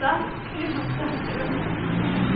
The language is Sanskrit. सा शीघ्रं अत सीरं नास्ति